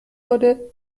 wurde